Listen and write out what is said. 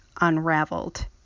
Unraveled